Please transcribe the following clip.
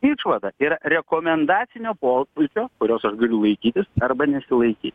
išvada yra rekomendacinio pobūdžio kurios aš galiu laikytis arba nesilaikyti